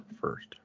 first